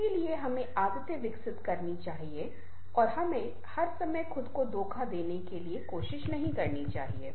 इसलिए हमें आदतें विकसित करनी चाहिए और हमें हर समय खुद को धोखा देने की कोशिश नहीं करनी चाहिए